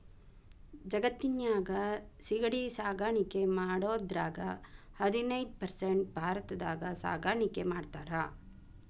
ಜಗತ್ತಿನ್ಯಾಗ ಸಿಗಡಿ ಸಾಕಾಣಿಕೆ ಮಾಡೋದ್ರಾಗ ಹದಿನೈದ್ ಪರ್ಸೆಂಟ್ ಭಾರತದಾಗ ಸಾಕಾಣಿಕೆ ಮಾಡ್ತಾರ